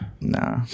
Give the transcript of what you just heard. Nah